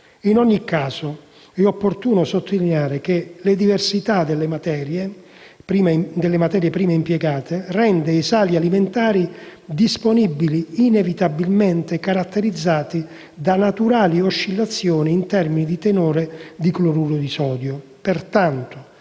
In ogni caso, è opportuno sottolineare che le diversità delle materie prime impiegate rende i sali alimentari disponibili inevitabilmente caratterizzati da naturali oscillazioni in termini di tenore di cloruro di sodio.